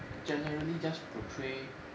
generally just portray